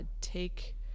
take